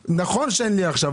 נכון שאין לי את זה עכשיו,